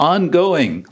Ongoing